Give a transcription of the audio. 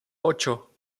ocho